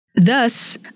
Thus